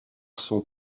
son